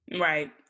right